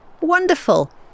Wonderful